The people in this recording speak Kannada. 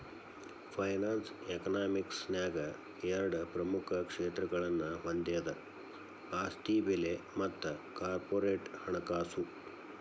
ಫೈನಾನ್ಸ್ ಯಕನಾಮಿಕ್ಸ ನ್ಯಾಗ ಎರಡ ಪ್ರಮುಖ ಕ್ಷೇತ್ರಗಳನ್ನ ಹೊಂದೆದ ಆಸ್ತಿ ಬೆಲೆ ಮತ್ತ ಕಾರ್ಪೊರೇಟ್ ಹಣಕಾಸು